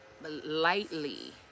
lightly